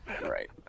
Right